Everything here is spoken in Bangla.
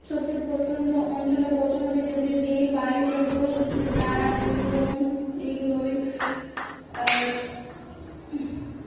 সবচেয়ে প্রত্যন্ত অঞ্চলে পৌঁছনো যায় যেগুলি রেল বায়ু বা জল দ্বারা দুর্গম এইগুলোই